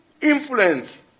influence